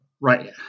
Right